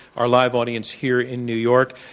our live audience here in new york.